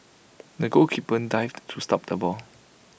the goalkeeper dived to stop the ball